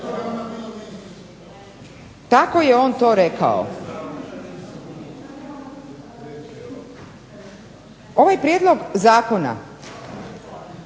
Tako je on to rekao. Ovaj prijedlog zakona